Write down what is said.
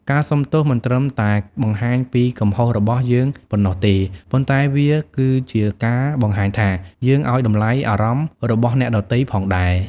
ការសុំទោសមិនត្រឹមតែបង្ហាញពីកំហុសរបស់យើងប៉ុណ្ណោះទេ ប៉ុន្តែវាក៏ជាការបង្ហាញថា យើងឱ្យតម្លៃអារម្មណ៍របស់អ្នកដទៃផងដែរ។